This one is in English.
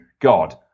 God